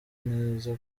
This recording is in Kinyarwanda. neza